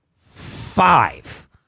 Five